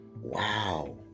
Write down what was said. Wow